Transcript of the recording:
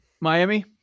Miami